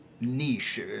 niche